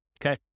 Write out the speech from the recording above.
okay